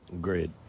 Great